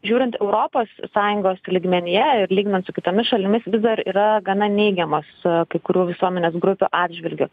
žiūrint europos sąjungos lygmenyjeir lyginant su kitomis šalimis vis dar yra gana neigiamos kai kurių visuomenės grupių atžvilgiu